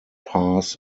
pass